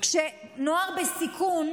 נוער בסיכון,